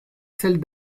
sels